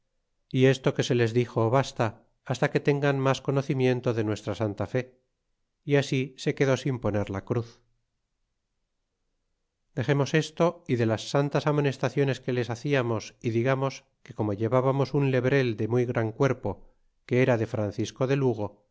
y esto que se les dixo basta hasta que tengan mas conocimiento de nuestra santa fe y así se quedó sin poner la cruz dexemos esto y de las santas amonestaciones que les haciamos y digamos que como llevbamos un lebrel de muy gran cuerpo que era de francisco de lugo